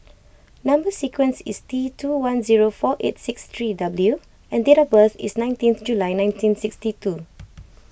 Number Sequence is T two one zero four eight six three W and date of birth is nineteen July nineteen sixty two